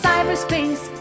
Cyberspace